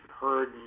heard